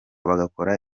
bagakora